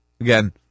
Again